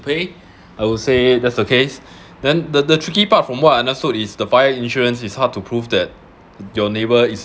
pay I would say that's the case then the the tricky part from what I understood is the fire insurance is hard to prove that your neighbour is